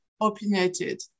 opinionated